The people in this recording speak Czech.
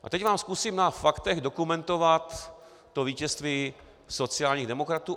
A teď vám zkusím na faktech dokumentovat vítězství sociálních demokratů.